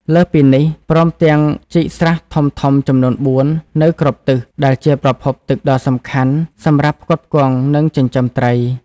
លើសពីនេះ ព្រមទាំងជីកស្រះធំៗចំនួន ៤ នៅគ្រប់ទិស ដែលជាប្រភពទឹកដ៏សំខាន់សម្រាប់ផ្គត់ផ្គង់ និងចិញ្ចឹមត្រី។